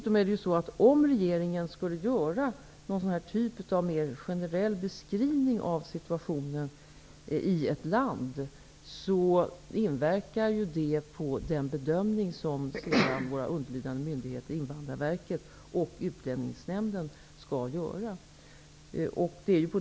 Om regeringen skulle göra en mer generell beskrivning av situationen i ett land, inverkar det dessutom på den bedömning som våra underliggande myndigheter Invandrarverket och Utlänningsnämnden sedan skall göra.